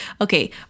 Okay